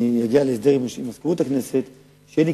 אני אגיע להסדר עם מזכירות הכנסת על כך שאין לי